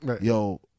Yo